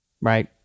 right